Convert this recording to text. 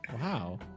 Wow